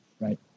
Right